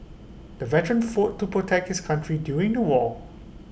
the veteran fought to protect his country during the war